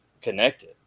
connected